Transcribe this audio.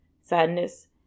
sadness